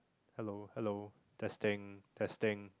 hello hello testing testing